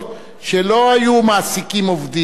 הקבלנים היו גם פועלי הבניין.